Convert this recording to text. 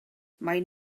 maen